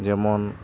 ᱡᱮᱢᱚᱱ